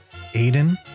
Aiden